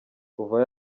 kuva